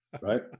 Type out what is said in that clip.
right